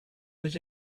was